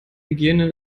hygiene